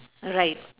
right